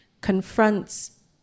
confronts